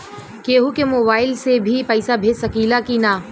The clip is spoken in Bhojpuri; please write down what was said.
केहू के मोवाईल से भी पैसा भेज सकीला की ना?